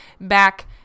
back